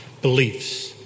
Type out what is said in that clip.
beliefs